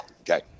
Okay